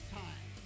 time